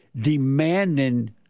demanding